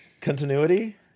continuity